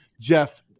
Jeff